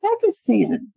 Pakistan